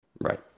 Right